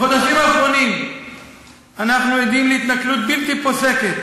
בחודשים האחרונים אנחנו עדים להתנכלות בלתי פוסקת